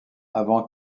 avant